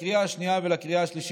לקריאה השנייה ולקריאה השלישית.